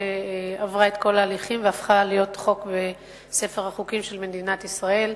שעברה את כל ההליכים והפכה להיות חוק בספר החוקים של מדינת ישראל.